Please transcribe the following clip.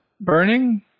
burning